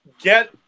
get